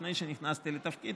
לפני שנכנסתי לתפקיד,